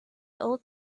old